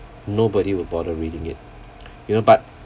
nobody would bother reading it you know but